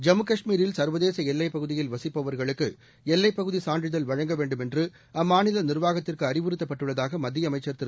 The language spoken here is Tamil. ஜம்மு கஷ்மீரில் சா்வதேச எல்லைப் பகுதியில் வசிப்பவா்களுக்கு எல்லைப்பகுதி சான்றிதழ் வழங்க வேண்டுமென்று அம்மாநில நிர்வாகத்துக்கு அறிவுறுத்தப்பட்டுள்ளதாக மத்திய அமைச்சா் திரு